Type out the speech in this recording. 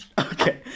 okay